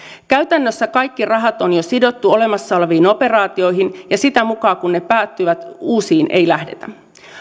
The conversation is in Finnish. käytännössä kaikki rahat on jo sidottu olemassa oleviin operaatioihin ja sitä mukaa kuin ne päättyvät uusiin ei lähdetä